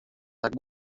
tak